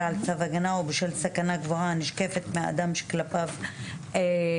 על צו הגנה ובשל סכנה גבוהה הנשקפת מהאדם שכלפיו ניתן.